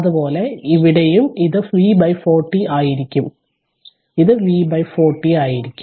അതുപോലെ ഇവിടെയും ഇത് V 40 ആയിരിക്കും ഇത് V 40 ആയിരിക്കും